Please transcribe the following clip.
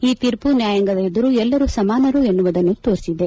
ಈ ತೀರ್ಮ ನ್ನಾಯಾಂಗದದೆದುರು ಎಲ್ಲರೂ ಸಮಾನರು ಎನ್ನುವುದನ್ನು ತೋರಿಸಿದೆ